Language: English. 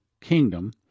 kingdom